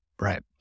Right